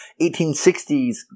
1860s